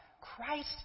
Christ